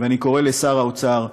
ואני קורא לשר האוצר,